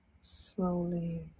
slowly